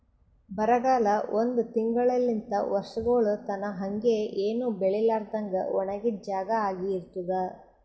ಬರಗಾಲ ಒಂದ್ ತಿಂಗುಳಲಿಂತ್ ವರ್ಷಗೊಳ್ ತನಾ ಹಂಗೆ ಏನು ಬೆಳಿಲಾರದಂಗ್ ಒಣಗಿದ್ ಜಾಗಾ ಆಗಿ ಇರ್ತುದ್